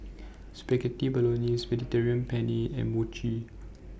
Spaghetti Bolognese Mediterranean Penne and Mochi